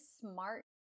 smart